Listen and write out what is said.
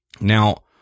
Now